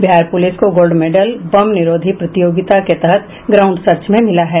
Bihar police को gold medal बम निरोधी प्रतियोगिता के तहत ग्राउंड सर्च में मिला है